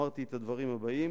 אמרתי את הדברים הבאים: